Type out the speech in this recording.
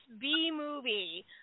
B-movie